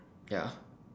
ya